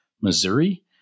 Missouri